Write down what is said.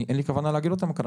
אין לי כוונה להגיד אותן כאן.